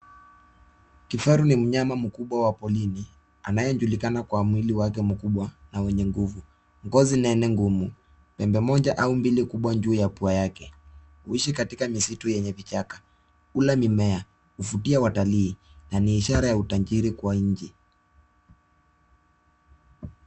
Kifaru ni mnyama mkubwa wa porini anayejulikana kwa mwili wake mkubwa na wenye nguvu, ngozi nene ngumu, pembe moja au mbili kubwa juu ya pua yake. Huishi katika misitu yenye vichaka, hula mimea, huvutia watali na ni ishara ya utajiri kwa nchi.